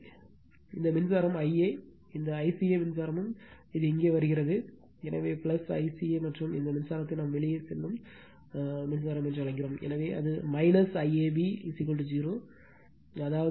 எனவே இந்த மின்சாரம் Ia இந்த Ica மின்சாரமும் இது இங்கே வருகிறது எனவே ஐசிஏ மற்றும் இந்த மின்சாரத்தை நாம் வெளியே செல்லும் என்று அழைக்கிறோம் எனவே அது ஐஏபி 0 அதாவது Ia IAB ICA